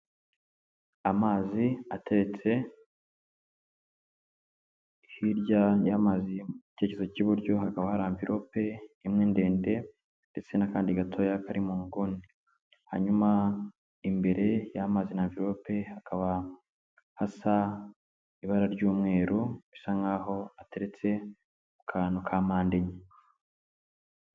Amazi atetse, hirya y'amazi mu gcyerekerezo k'iburyo hakaba hari amvelope imwe ndende ndetse n'akandi gatoya kari mu nguni, hanyuma imbere y'amazi n'amvelope hakaba, hasa ibara ry'umweru bisa nkaho hateretse akantu ka mpande enye.